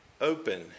open